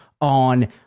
on